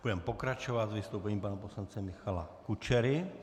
Budeme pokračovat vystoupením pana poslance Michala Kučery.